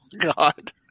God